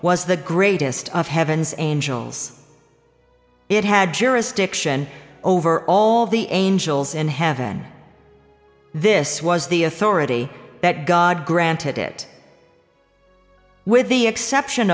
was the greatest of heavens and jewels it had jurisdiction over all the angels in heaven this was the authority that god granted it with the exception